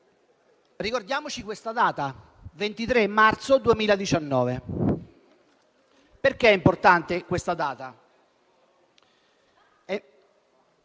Ricordiamoci questa data: 23 marzo 2019. Perché è importante questa data?